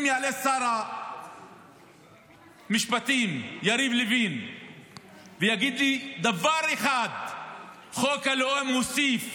אם יעלה שר המשפטים יריב לוין ויגיד לי דבר אחד שחוק הלאום מוסיף